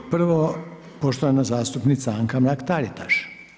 Prvo poštovana zastupnica Anka Mrak-Taritaš.